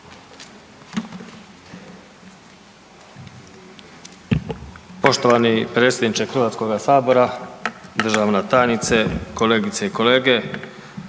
Poštovani predsjedniče Hrvatskoga sabora, državna tajnice, kolegice i kolege.